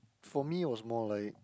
for me it was more like